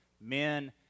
men